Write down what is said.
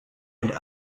and